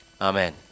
Amen